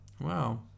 wow